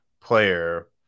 player